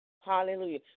Hallelujah